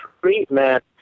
treatment